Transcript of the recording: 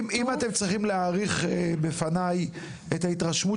אם אתם צריכים להעריך בפניי את ההתרשמות